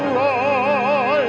all